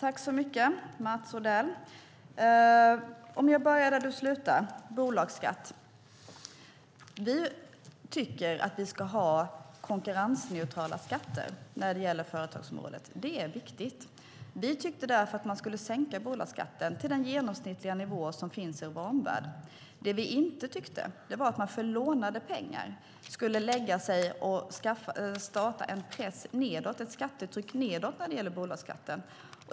Herr talman! Jag börjar där du slutar, Mats Odell, bolagsskatt. Vi tycker att vi ska ha konkurrensneutrala skatter på företagsområdet. Det är viktigt. Vi tyckte därför att man skulle sänka bolagsskatten till den genomsnittliga nivån i vår omvärld. Det vi inte tyckte var att man för lånade pengar skulle starta en press nedåt, ett skattetryck nedåt, när det gäller bolagsskatten.